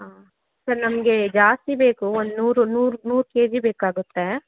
ಹಾಂ ಸರ್ ನಮಗೆ ಜಾಸ್ತಿ ಬೇಕು ಒಂದು ನೂರು ನೂರು ನೂರು ಕೆಜಿ ಬೇಕಾಗುತ್ತೆ